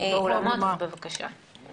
אני לא בא לכאן בכובע של הפעיל החברתי.